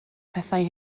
pethau